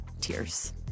tears